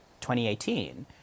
2018